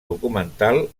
documental